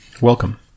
Welcome